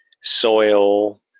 soil